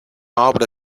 obra